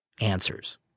answers